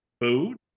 food